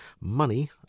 money